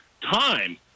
time